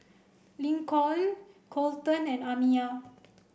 Lincoln Colton and Amiya